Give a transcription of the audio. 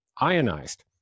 ionized